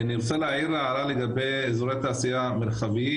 אני רוצה להעיר הערה לגבי אזורי תעשייה מרחביים,